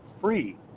free